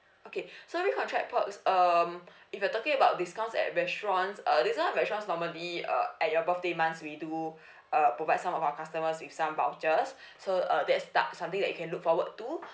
okay so recontract perks um if you're talking about discounts at restaurants uh discounts at restaurants normally uh at your birthday months we do uh provide some of our customers with some vouchers so uh that's something that you can look forward to